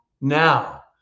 now